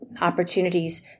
opportunities